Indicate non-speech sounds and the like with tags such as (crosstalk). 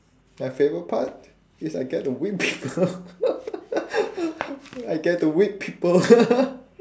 my favourite part is I get to whip people (laughs) I get to whip people